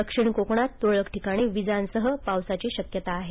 दक्षिण कोकणात तुरळक ठिकाणी विजांसह पावसाची शक्यता आहे